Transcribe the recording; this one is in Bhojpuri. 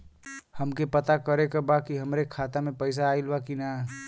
हमके पता करे के बा कि हमरे खाता में पैसा ऑइल बा कि ना?